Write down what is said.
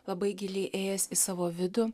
labai giliai įėjęs į savo vidų